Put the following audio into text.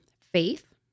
faith